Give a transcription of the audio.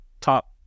top